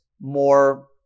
more